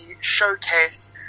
showcase